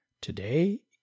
Today